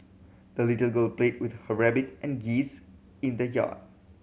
the little girl played with her rabbit and geese in the yard